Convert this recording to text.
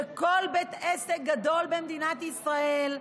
שכל בית עסק גדול במדינת ישראל,